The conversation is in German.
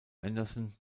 anderson